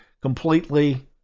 completely